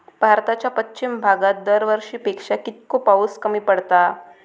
भारताच्या पश्चिम भागात दरवर्षी पेक्षा कीतको पाऊस कमी पडता?